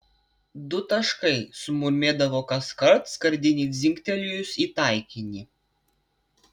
du taškai sumurmėdavo kaskart skardinei dzingtelėjus į taikinį